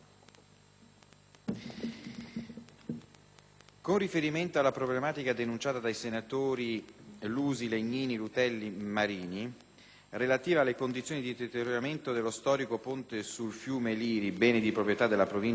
con riferimento alla problematica denunciata dai senatori Lusi, Legnini, Rutelli e Marini, relativa alle condizioni di deterioramento dello storico ponte sul fiume Liri, bene di proprietà della Provincia dell'Aquila,